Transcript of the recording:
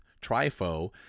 Trifo